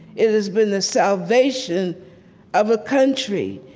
it has been the salvation of a country.